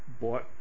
bought